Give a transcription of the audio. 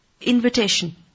invitation